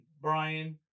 Brian